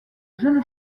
jeune